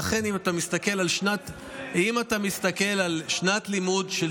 ולכן, אם אתה מסתכל על שנת לימוד של